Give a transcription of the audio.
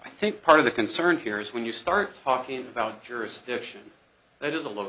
i think part of the concern here is when you start talking about jurisdiction that is a l